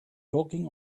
talking